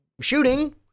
shooting